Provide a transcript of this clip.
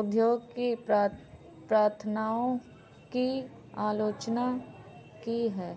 उद्योग की प्रथाओं की आलोचना की है